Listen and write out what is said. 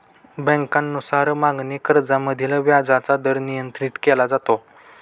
बँकांनुसार मागणी कर्जामधील व्याजाचा दर नियंत्रित केला जातो